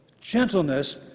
gentleness